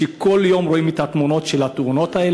שכל יום רואים את התמונות האלה,